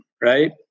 right